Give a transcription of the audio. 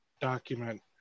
document